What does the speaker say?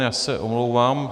Já se omlouvám.